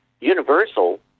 Universal